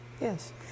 Yes